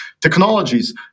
technologies